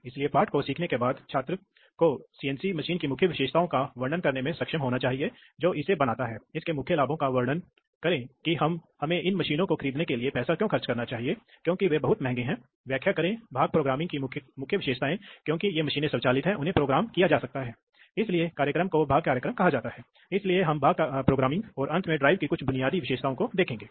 इसलिए पाठ 30 में हम अधिक घटकों न्यूमेटिक घटकों को देखेंगे हम एक प्रकार के लॉजिक को देखते हैं जिसे न्यूमेटिक लॉजिक कहा जाता है और हम कुछ नियंत्रण अनुप्रयोगों को देखेंगे और अंत में हम हाइड्रोलिक सिस्टम के साथ तुलना देखेंगे